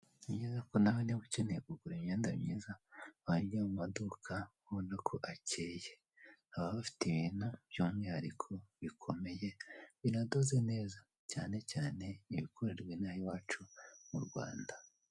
Ni byiza ko nawe niba ukeneye kugura imyenda myiza, wajya mu maduka ubona ko akeye. Baba bafite ibintu by'umwihariko bikomeye, binadoze neza cyane cyane ibikorerwa inaha iwacu mu Rwanda.